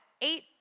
eight